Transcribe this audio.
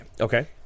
Okay